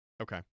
Okay